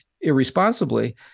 irresponsibly